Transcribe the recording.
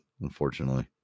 unfortunately